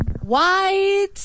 White